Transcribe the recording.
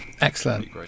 Excellent